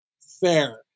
fair